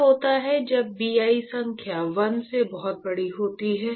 क्या होता है जब Bi संख्या 1 से बहुत बड़ी होती है